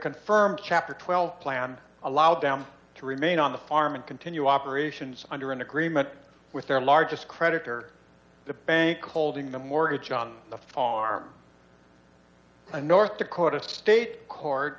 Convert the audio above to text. confirmed chapter twelve plan allowed down to remain on the farm and continue operations under an agreement with their largest creditor the bank holding the mortgage on the farm in north dakota state court